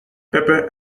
pepper